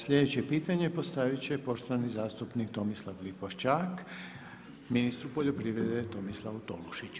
Sljedeće pitanje postavit će poštovani zastupnik Tomislav Lipošćak ministru poljoprivrede Tomislavu Tolušiću.